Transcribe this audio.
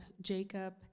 Jacob